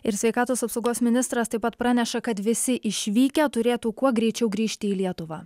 ir sveikatos apsaugos ministras taip pat praneša kad visi išvykę turėtų kuo greičiau grįžti į lietuvą